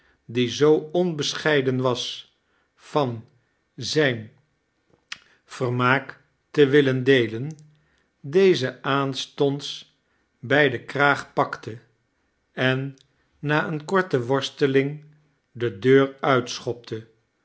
die zoo onbescheiden was van in zijn vermaak te willen deelen dezen aanstonds bij den kraag pakte en na eene korte worsteling de deur uitschopte